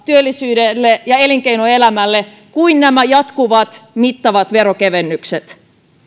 työllisyydelle ja elinkeinoelämälle kuin nämä jatkuvat mittavat veronkevennykset